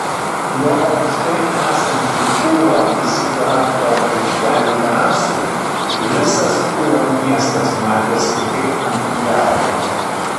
nuo aukštai esančių ūro zikurato aikštelių terasų visas ūro miestas matėsi kaip ant delno